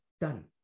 done